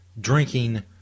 drinking